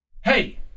Hey